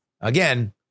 again